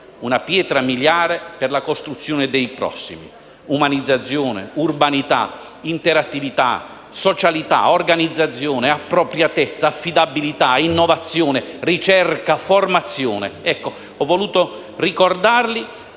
una pietra miliare per la costruzione dei prossimi: umanizzazione, urbanità, interattività, socialità, organizzazione, appropriatezza, affidabilità, innovazione, ricerca, formazione. Ho voluto ricordarli